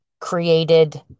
created